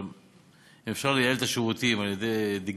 אבל אם אפשר לייעל את השירותים על-ידי דיגיטציה,